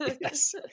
yes